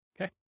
Okay